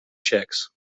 checks